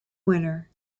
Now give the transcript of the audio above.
winner